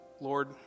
Lord